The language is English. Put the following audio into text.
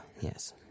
yes